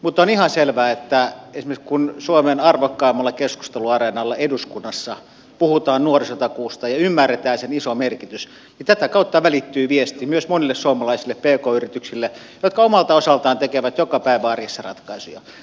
on ihan selvää että kun esimerkiksi suomen arvokkaimmalla keskusteluareenalla eduskunnassa puhutaan nuorisotakuusta ja kun ymmärretään sen iso merkitys niin tätä kautta välittyy viesti myös monille suomalaisille pk yrityksille jotka omalta osaltaan tekevät joka päivä arjessa ratkaisuja